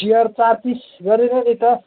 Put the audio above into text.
chair चार piece गरेर नि त